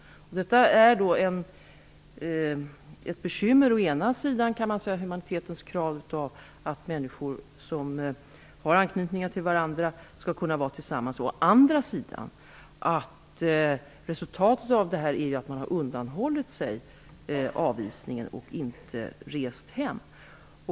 Detta är ett bekymmer. Å ena sidan kan det ställas humanitära krav på att människor som har anknytning till varandra skall kunna vara tillsammans. Å andra sidan kan resultatet bli att personer undanhåller sig avvisningen och inte reser hem.